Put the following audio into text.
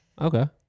Okay